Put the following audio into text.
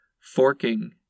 forking